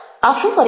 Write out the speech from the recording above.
આ શું કરે છે